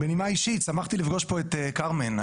בנימה אישית שמחתי לפגוש פה את כרמן,